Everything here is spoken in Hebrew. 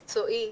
מקצועי,